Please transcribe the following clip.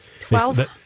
Twelve